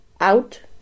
out